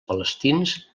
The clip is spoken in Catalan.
palestins